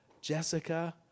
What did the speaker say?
Jessica